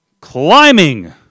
Climbing